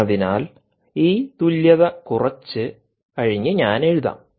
അതിനാൽ ഈ തുല്യത കുറച്ച് കഴിഞ്ഞ് ഞാൻ എഴുതാം